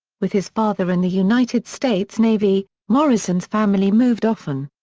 with his father in the united states navy, morrison's family moved often.